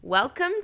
Welcome